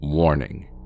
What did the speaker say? Warning